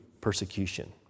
persecution